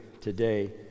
today